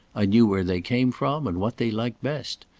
i knew where they came from and what they liked best.